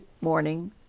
morning